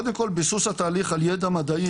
קודם כל ביסוס התהליך על ידע מדעי